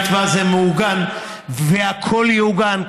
המתווה הזה מעוגן והכול יעוגן.